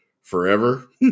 forever